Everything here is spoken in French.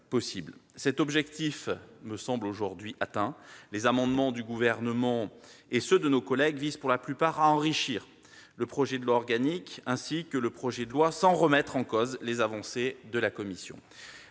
Cet objectif me semble aujourd'hui atteint : les amendements du Gouvernement et ceux de mes collègues visent, pour la plupart, à enrichir le projet de loi organique et le projet de loi, sans remettre en cause les avancées de la commission.